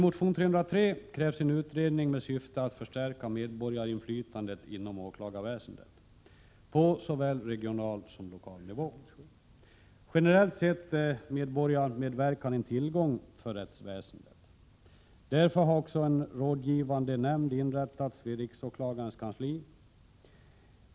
Generellt sett är medborgarmedverkan en tillgång för rättsväsendet. Därför har också en rådgivande nämnd inrättats vid riksåklagarens kansli.